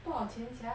多少钱 sia